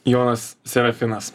jonas serafinas